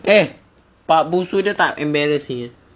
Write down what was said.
eh pak busu dia tak embarrassing eh